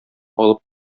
алып